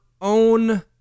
own